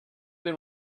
been